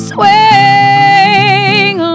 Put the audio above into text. Swing